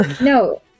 No